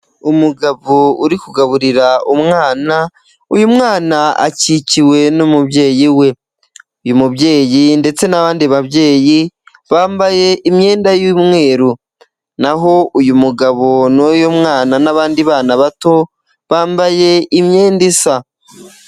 Umugabo uri kugaburira umwana, uyu mwana akikiwe n'umubyeyi we, uyu mubyeyi ndetse n'abandi babyeyi bambaye imyenda y'umweru, naho uyu mugabo n'uyumwana n'abandi bana bato bambaye imyenda isa.